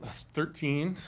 ah thirteen,